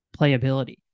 playability